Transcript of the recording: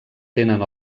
tenen